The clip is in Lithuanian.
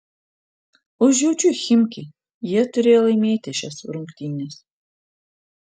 užjaučiu chimki jie turėjo laimėti šias rungtynes